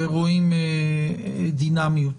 רואים דינמיות.